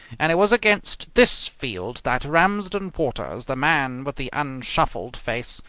and it was against this field that ramsden waters, the man with the unshuffled face,